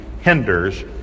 hinders